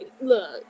look